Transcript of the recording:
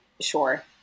Sure